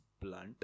blunt